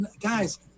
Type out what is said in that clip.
guys